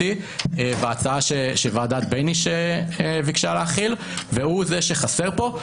וההצעה שוועדת בייניש ביקשה להחיל הוא זה שחסר פה,